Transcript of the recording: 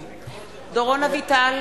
(קוראת בשמות חברי הכנסת) דורון אביטל,